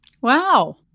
Wow